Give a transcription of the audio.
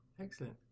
Excellent